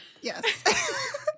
yes